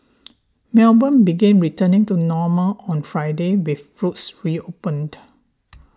Melbourne began returning to normal on Friday with roads reopened